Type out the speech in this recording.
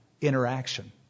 interaction